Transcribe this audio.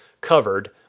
covered